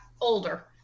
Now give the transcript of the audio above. older